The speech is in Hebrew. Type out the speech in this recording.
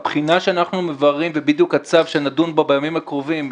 הבחינה שאנחנו מבררים זה בדיוק הצו שנדון בו בימים הקרובים,